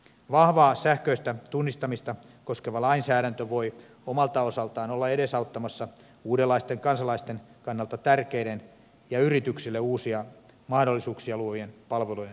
vahvaa sähköistä tunnistamista koskeva lainsäädäntö voi omalta osaltaan olla edesauttamassa uudenlaisten kansalaisten kannalta tärkeiden ja yrityksille uusia mahdollisuuksia luovien palveluiden syntymistä